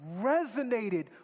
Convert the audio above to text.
resonated